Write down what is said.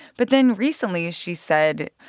but then recently, she said,